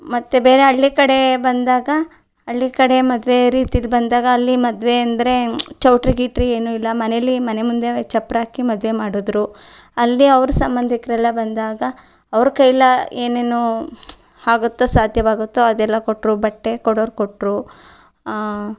ಮತ್ತೆ ಬೇರೆ ಹಳ್ಳಿ ಕಡೆ ಬಂದಾಗ ಹಳ್ಳಿ ಕಡೆ ಮದುವೆ ರೀತಿಲಿ ಬಂದಾಗ ಅಲ್ಲಿ ಮದುವೆ ಅಂದರೆ ಚೌಲ್ಟ್ರಿ ಗಿಟ್ರಿ ಏನೂ ಇಲ್ಲ ಮನೇಲಿ ಮನೆ ಮುಂದೆ ಚಪ್ಪರ ಹಾಕಿ ಮದುವೆ ಮಾಡಿದರು ಅಲ್ಲಿ ಅವ್ರ ಸಂಬಂಧಿಕರೆಲ್ಲ ಬಂದಾಗ ಅವ್ರ ಕೈಯ್ಲಿ ಏನೇನೋ ಆಗುತ್ತೊ ಸಾಧ್ಯವಾಗುತ್ತೊ ಅದೆಲ್ಲ ಕೊಟ್ಟರು ಬಟ್ಟೆ ಕೊಡೋರು ಕೊಟ್ಟರು